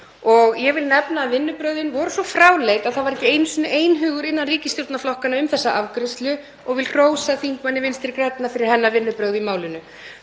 Ég vil nefna að vinnubrögðin voru svo fráleit að það var ekki einu sinni einhugur innan ríkisstjórnarflokkanna um þessa afgreiðslu og ég vil hrósa þingmanni Vinstri grænna fyrir hennar vinnubrögð í málinu.